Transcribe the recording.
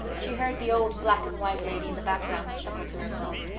she heard the old black-and-white lady in the background chuckle to herself.